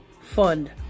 Fund